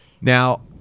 now